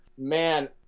Man